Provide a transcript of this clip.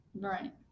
Right